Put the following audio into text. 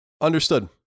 Understood